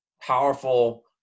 powerful